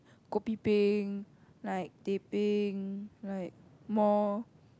kopi peng like teh peng like more